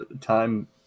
time